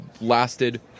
lasted